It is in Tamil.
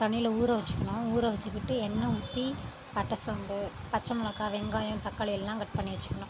தண்ணீல ஊற வச்சிக்கணும் ஊற வச்சிகிட்டு எண்ணெய் ஊத்தி பட்டை சோம்பு பச்சை மிளகா வெங்காயம் தக்காளி எல்லாம் கட் பண்ணி வச்சிக்கணும்